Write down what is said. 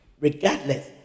regardless